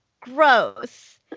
gross